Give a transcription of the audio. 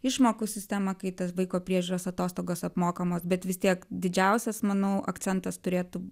išmokų sistema kai tos vaiko priežiūros atostogos apmokamos bet vis tiek didžiausias manau akcentas turėtų